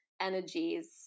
energies